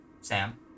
Sam